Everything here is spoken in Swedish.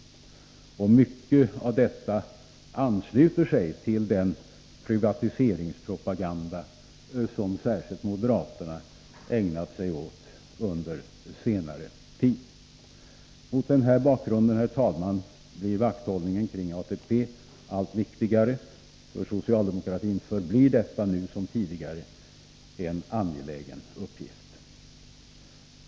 Mycket av detta ansluter sig till den privatiseringspropaganda som särskilt moderaterna ägnat sig åt under senare tid. Mot den här bakgrunden, herr talman, blir vakthållningen kring ATP allt viktigare. För socialdemokratin förblir detta nu som tidigare en angelägen uppgift.